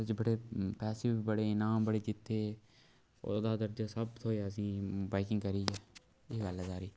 ओह्दे च बड़े पैसे बी बड़े इनाम बी बड़े जित्ते ओह्दा दर्जा सब थ्होएआ असेंगी बाईकिंग करियै एह् गल्ल ऐ सारी